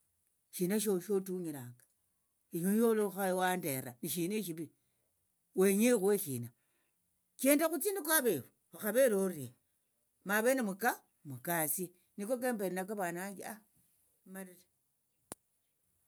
Shina sho shotunyira iwe yokhali wandera nishina eshivi wenya okhuhe shina chenda khutsie niko avefu okhavere orie mavene mukasie niko kembere nako vana vanje malire.